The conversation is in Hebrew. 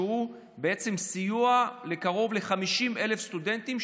שהוא סיוע לקרוב ל-50,000 סטודנטים,